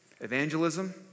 evangelism